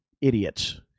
idiots